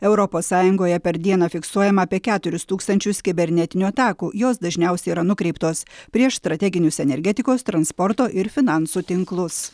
europos sąjungoje per dieną fiksuojama apie keturis tūkstančius kibernetinių atakų jos dažniausiai yra nukreiptos prieš strateginius energetikos transporto ir finansų tinklus